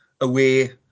away